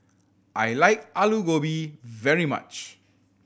I like Aloo Gobi very much